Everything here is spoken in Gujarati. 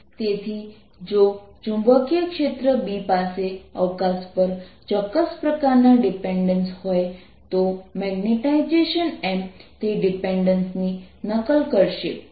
તેથી જો ચુંબકીય ક્ષેત્ર B પાસે અવકાશ પર ચોક્કસ પ્રકારના ડિપેન્ડેન્સ હોય તો મેગ્નેટાઇઝેશન M તે ડિપેન્ડેન્સની નકલ કરશે